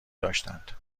داشتند